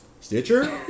Stitcher